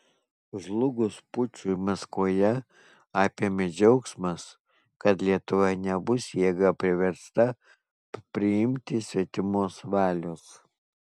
žlugus pučui maskvoje apėmė džiaugsmas kad lietuva nebus jėga priversta priimti svetimos valios